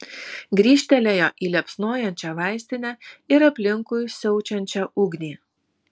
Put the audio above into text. grįžtelėjo į liepsnojančią vaistinę ir aplinkui siaučiančią ugnį